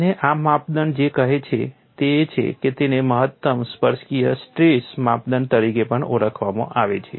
અને આ માપદંડ જે કહે છે તે એ છે કે તેને મહત્તમ સ્પર્શકીય સ્ટ્રેસ માપદંડ તરીકે પણ ઓળખવામાં આવે છે